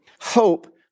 hope